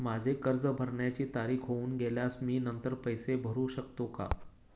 माझे कर्ज भरण्याची तारीख होऊन गेल्यास मी नंतर पैसे भरू शकतो का?